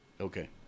Okay